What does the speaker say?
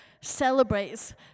celebrates